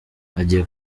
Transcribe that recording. agiye